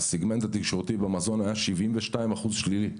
הסיגמנט התקשורתי במזון היה 72% שלילי,